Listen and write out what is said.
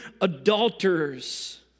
adulterers